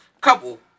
Couple